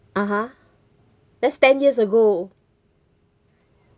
(uh huh) that's ten years ago